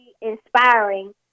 inspiring